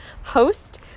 host